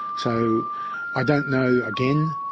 so i don't know, again,